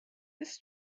this